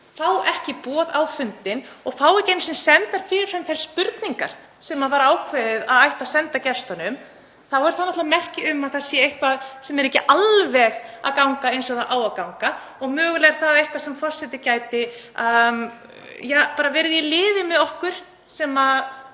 fá ekki boð á fundinn og fá ekki einu sinni sendar fyrir fram þær spurningar sem var ákveðið að ætti að senda gestunum, þá er það náttúrlega merki um að það sé eitthvað sem er ekki alveg að ganga eins og það á að ganga. Mögulega gæti forseti verið í liði með okkur sem